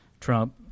Trump